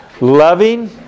loving